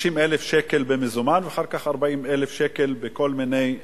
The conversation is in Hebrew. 60,000 שקל במזומן ואחר כך 40,000 שקל בכל מיני הטבות,